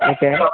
okay